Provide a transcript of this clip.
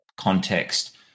context